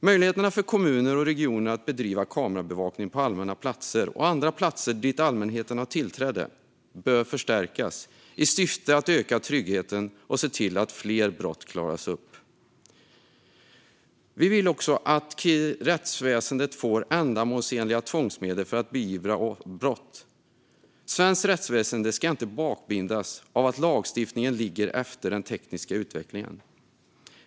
Möjligheterna för kommuner och regioner att bedriva kamerabevakning på allmänna platser och andra platser dit allmänheten har tillträde bör förstärkas i syfte att öka tryggheten och se till att fler brott klaras upp. Vi vill också att rättsväsendet får ändamålsenliga tvångsmedel för att beivra brott. Svenskt rättsväsen ska inte bakbindas av att lagstiftningen ligger efter den tekniska utvecklingen.